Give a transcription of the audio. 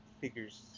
figures